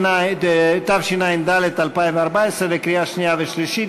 התשע"ד 2014, לקריאה שנייה ושלישית.